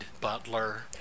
butler